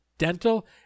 Dental